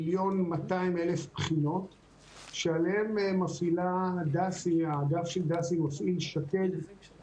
מיליון בחינות שעליהן מפעיל האגף של דסי שקלול דיפרנציאלי